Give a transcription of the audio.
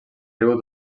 riu